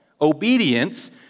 obedience